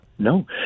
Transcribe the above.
No